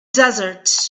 desert